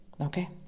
Okay